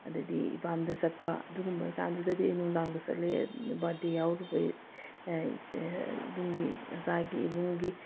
ꯑꯗꯩꯗꯤ ꯏꯄꯥꯝꯗ ꯆꯠꯄ ꯑꯗꯨꯒꯨꯝꯕꯒꯤ ꯀꯥꯟꯗꯨꯗꯗꯤ ꯑꯩ ꯅꯨꯡꯗꯥꯡꯗ ꯆꯠꯂꯤ ꯕꯥꯔꯗꯦ ꯌꯥꯎꯔꯨꯕꯩ ꯏꯕꯨꯡꯒꯤ ꯃꯆꯥꯒꯤ ꯏꯕꯨꯡꯒꯤ